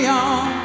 on